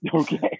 Okay